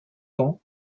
ans